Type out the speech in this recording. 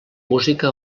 música